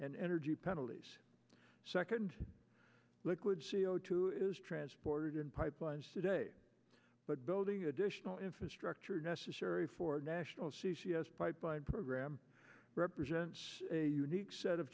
and energy penalties second liquid c o two is transported in pipelines today but building additional infrastructure necessary for national c c s pipeline program represents a unique set of